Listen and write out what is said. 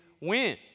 win